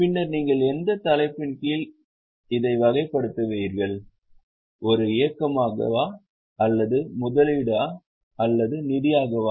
பின்னர் நீங்கள் எந்த தலைப்பின் கீழ் இதைவகைப்படுத்துவீர்கள் ஒரு இயக்கமாக அல்லது முதலீடு அல்லது நிதியாகவா